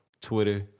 Twitter